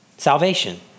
Salvation